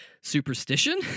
superstition